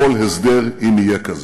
בכל הסדר, אם יהיה כזה.